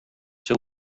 seu